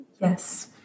Yes